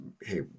hey